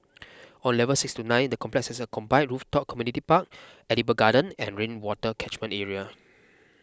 on levels six to nine the complex has a combined rooftop community park edible garden and rainwater catchment area